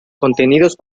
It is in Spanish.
contenidos